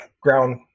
ground